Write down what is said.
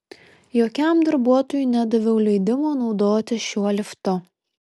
jokiam darbuotojui nedaviau leidimo naudotis šiuo liftu